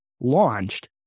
launched